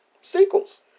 Sequels